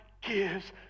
gives